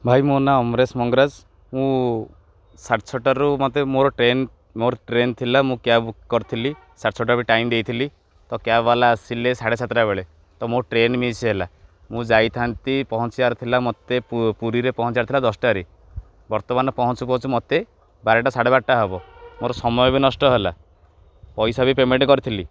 ଭାଇ ମୋ ନାଁ ଅମରେଶ ମଙ୍ଗରାଜ ମୁଁ ସାଢ଼େ ଛଅଟାରୁ ମୋତେ ମୋର ଟ୍ରେନ ମୋର ଟ୍ରେନ ଥିଲା ମୁଁ କ୍ୟାବ୍ ବୁକ୍ କରିଥିଲି ସାଠଶଟା ବି ଟାଇମ୍ ଦେଇଥିଲି ତ କ୍ୟାବ୍ ବାଲା ଆସିଲେ ସାଢ଼େ ସାତଟା ବେଳେ ତ ମୋର ଟ୍ରେନ ମିସ୍ ହେଲା ମୁଁ ଯାଇଥାନ୍ତି ପହଞ୍ଚିବାର ଥିଲା ମୋତେ ପୁରୀରେ ପହଞ୍ଚିିବାର ଥିଲା ଦଶଟାରେ ବର୍ତ୍ତମାନ ପହଞ୍ଚୁ ପହଞ୍ଚୁ ମୋତେ ବାରଟା ସାଢ଼େ ବାରଟା ହବ ମୋର ସମୟ ବି ନଷ୍ଟ ହେଲା ପଇସା ବି ପେମେଣ୍ଟ କରିଥିଲି